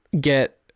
get